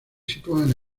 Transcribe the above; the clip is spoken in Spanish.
sitúan